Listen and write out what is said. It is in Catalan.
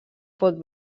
pot